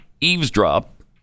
eavesdrop